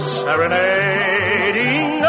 serenading